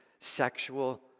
Sexual